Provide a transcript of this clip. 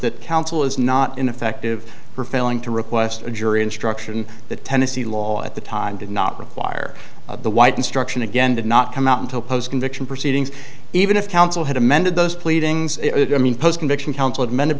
that counsel is not ineffective for failing to request a jury instruction that tennessee law at the time did not require the white instruction again did not come out until post conviction proceedings even if counsel had amended those pleadings i mean post conviction coun